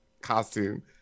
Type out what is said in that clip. costume